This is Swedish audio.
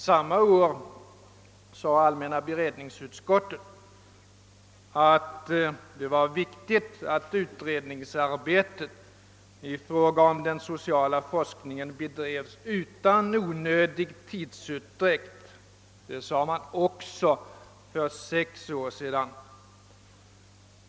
Samma år skrev allmänna beredningsutskottet att det var viktigt att utredningsarbetet i fråga om den sociala forskningen bedrevs utan onödig tidsutdräkt. Jag upprepar att uttalandena gjordes för sex år sedan.